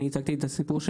אני הצגתי את הנושא.